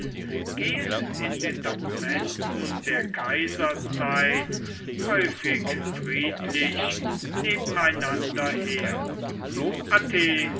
gehen in den dokumenten der kaiserzeit häufig friedlich nebeneinander her athens